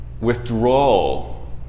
withdrawal